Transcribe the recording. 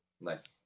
Nice